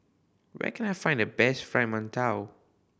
where can I find the best Fried Mantou